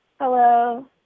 Hello